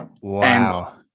Wow